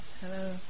Hello